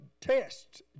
tests